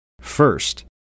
First